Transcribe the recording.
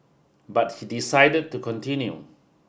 but he decided to continue